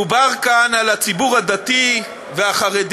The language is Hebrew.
דובר כאן על הציבור הדתי והחרדי,